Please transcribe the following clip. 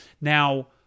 Now